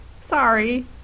Sorry